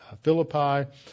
Philippi